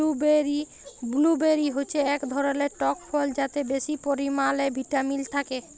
blueberry হচ্যে এক ধরলের টক ফল যাতে বেশি পরিমালে ভিটামিল থাক্যে